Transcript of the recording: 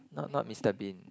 not not Mister Bean